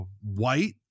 white